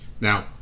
Now